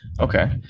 okay